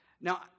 Now